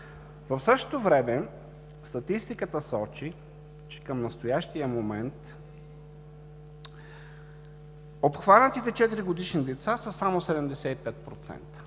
В същото време статистиката сочи, че към настоящия момент обхванатите 4-годишни деца са само 75%.